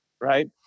right